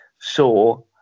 sure